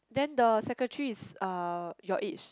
then the secretary is uh your age